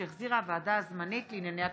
שהחזירה הוועדה הזמנית לענייני הכספים.